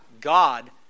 God